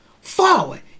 forward